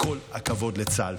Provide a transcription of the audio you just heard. וכל הכבוד לצה"ל.